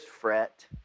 fret